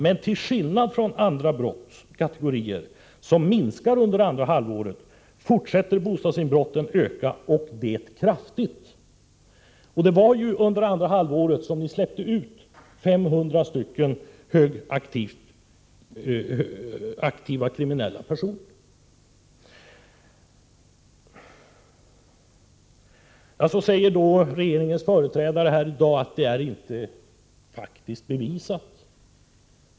Men till skillnad från andra brottskategorier, som minskar under det andra halvåret, fortsätter bostadsinbrotten att öka, och det kraftigt.” Och det var ju under det andra halvåret som ni släppte ut 500 högaktivt kriminella personer. Regeringens företrädare säger i dag att detta inte är faktiskt bevisat.